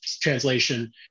translation